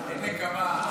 אל נקמה.